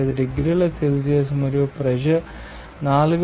0075 డిగ్రీల సెల్సియస్ మరియు ప్రెషర్ 4